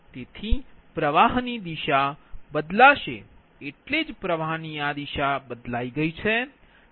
તેથી પ્રવાહ ની દિશા બદલાશે એટલે જ પ્રવાહ ની આ દિશા બદલાઇ છે